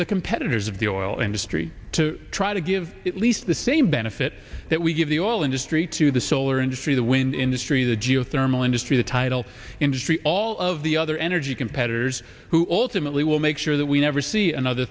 the competitors of the oil industry to try to give at least the same benefit that we give the oil industry to the solar industry the wind in the street the geothermal industry the title industry all of the other energy competitors who ultimately will make sure that we never see another